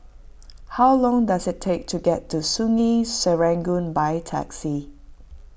how long does it take to get to Sungei Serangoon by taxi